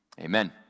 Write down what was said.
amen